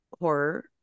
horror